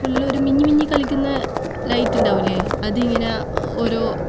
full ഒരു മിന്നി മിന്നി കളിക്കുന്ന ലൈറ്റ് ഉണ്ടാവൂലേ അതിങ്ങനെ ഓരോ